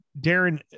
Darren